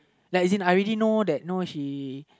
like as in I already know that know she